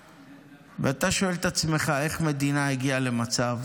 ואתה שואל את עצמך איך מדינה הגיעה למצב